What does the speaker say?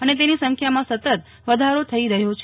અને તેની સંખ્યામાં સતત વધારો થઇ રહ્યો છે